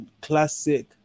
classic